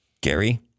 Gary